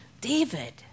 David